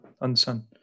Understand